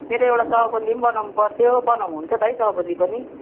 मेरो एउटा चौबन्दी पनि बनाउनु पर्थ्यो बनाउनु हुन्छ त है चौबन्दी पनि